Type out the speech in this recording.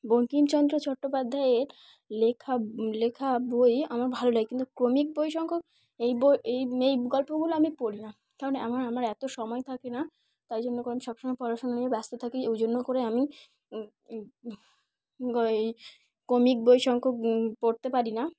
বঙ্কিমচন্দ্র চট্টোপাধ্যায়ের লেখা লেখা বই আমার ভালো লাগে কিন্তু ক্রমিক বই সংখ্যক এই বই এই এই গল্পগুলো আমি পড়ি না কারণ আমার আমার এতো সময় থাকে না তাই জন্য আমি সব সময় পড়াশুনা নিয়ে ব্যস্ত থাকি ওই জন্য করে আমি এই ক্রমিক বই সংখ্যক পড়তে পারি না